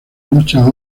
muchas